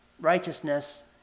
righteousness